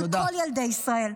על כל ילדי ישראל,